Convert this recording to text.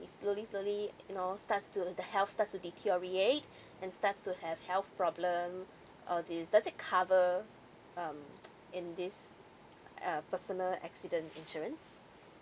slowly slowly you know starts to the health starts to deteriorate and starts to have health problem all this does it cover um in this uh personal accident insurance